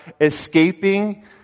escaping